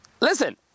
listen